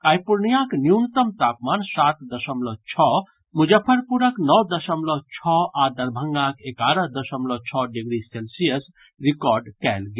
आइ पूर्णियांक न्यूनतम तापमान सात दशमलव छओ मुजफ्फरपुरक नओ दशमलव छओ आ दरभंगाक एगारह दशमलव छओ डिग्री सेल्सियस रिकॉर्ड कयल गेल